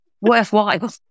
Worthwhile